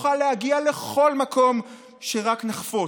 נוכל להגיע לכל מקום שרק נחפוץ.